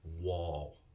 wall